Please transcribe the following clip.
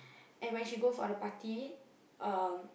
and when she go for the party uh